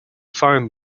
find